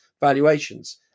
valuations